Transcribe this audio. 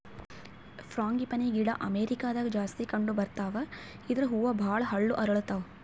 frangipani ಗಿಡ ಅಮೇರಿಕಾದಾಗ್ ಜಾಸ್ತಿ ಕಂಡಬರ್ತಾವ್ ಇದ್ರ್ ಹೂವ ಭಾಳ್ ಹಳ್ಳು ಅರಳತಾವ್